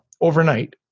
overnight